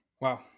Wow